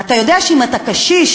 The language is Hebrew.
אתה יודע שאם אתה קשיש,